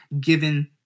given